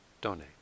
donate